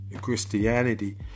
Christianity